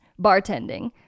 bartending